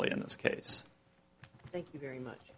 ly in this case thank you very much